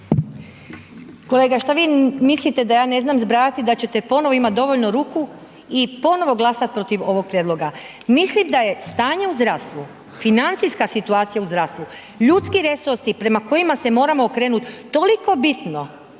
Kolega šta vi mislite da ja ne znam zbrajati da ćete ponovo imati dovoljno ruku i ponovo glasati protiv ovog prijedloga. Mislim da je stanje u zdravstvu, financijska situacija u zdravstvu, ljudski resursi prema kojima se moramo okrenuti toliko bitno